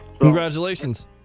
Congratulations